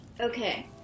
Okay